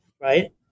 Right